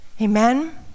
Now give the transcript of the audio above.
Amen